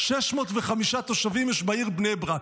222,605 תושבים יש בעיר בני ברק.